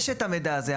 יש את המידע הזה.